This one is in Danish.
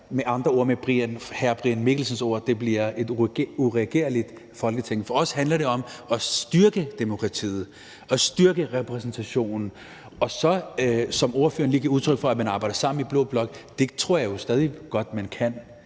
at det med hr. Brian Mikkelsens ord bliver et uregerligt Folketing. For os handler det om at styrke demokratiet, at styrke repræsentationen. Og i forhold til det, som ordføreren lige gav udtryk for, med, at man arbejder sammen i blå blok, vil jeg sige, at det